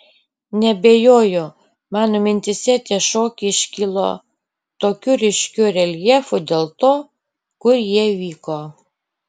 neabejoju mano mintyse tie šokiai iškilo tokiu ryškiu reljefu dėl to kur jie vyko